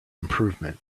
improvement